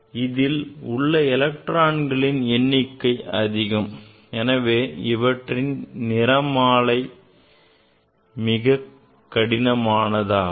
இதில் உள்ள எலக்ட்ரான்களின் எண்ணிக்கை அதிகம் எனவே இவற்றின் நிலைமாறல் மிகக் கடினமானதாகும்